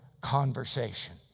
conversation